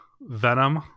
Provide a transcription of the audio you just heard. venom